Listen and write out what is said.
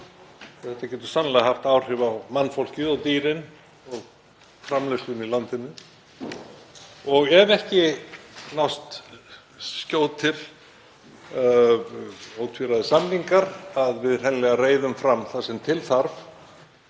þetta getur sannarlega haft áhrif á mannfólkið og dýrin og framleiðsluna í landinu, og ef ekki nást skjótir, ótvíræðir samningar að við hreinlega reiðum fram það sem til þarf.